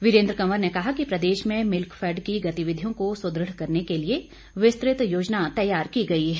वीरेंद्र कंवर ने कहा कि प्रदेश में मिल्कफैड की गतिविधियों को सुदृढ़ करने के लिए विस्तृत योजना तैयार की गई है